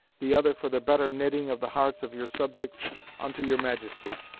the other for the better knitting of the hearts of your subjects unto your majesty,